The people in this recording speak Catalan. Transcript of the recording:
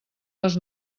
les